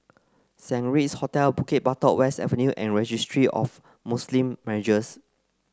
Saint Regis Hotel Bukit Batok West Avenue and Registry of Muslim Marriages